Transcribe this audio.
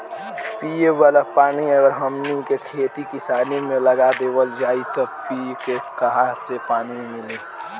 पिए वाला पानी अगर हमनी के खेती किसानी मे लगा देवल जाई त पिए के काहा से पानी मीली